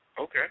Okay